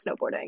snowboarding